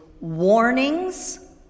Warnings